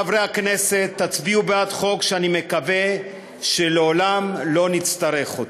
חברי הכנסת: תצביעו בעד חוק שאני מקווה שלעולם לא נצטרך אותו.